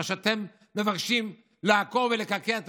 מה שאתם מבקשים זה לעקור ולקעקע את